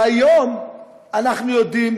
והיום אנחנו יודעים,